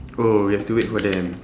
oh we have to wait for them